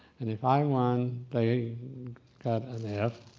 and if i won, they got an f,